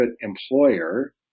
employer